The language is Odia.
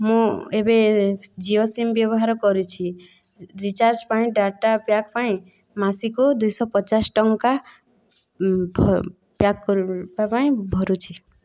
ମୁଁ ଏବେ ଜିଓ ସିମ୍ ବ୍ୟବହାର କରୁଛି ରିଚାର୍ଜ ପାଇଁ ଡାଟା ପ୍ୟାକ୍ ପାଇଁ ମାସକୁ ଦୁଇଶହ ପଚାଶ ଟଙ୍କା ଭ ପ୍ୟାକ୍ କରିବା ପାଇଁ ଭରୁଛି